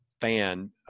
fan